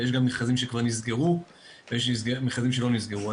ויש גם מכרזים שכבר נסגרו ויש מכרזים שלא נסגרו.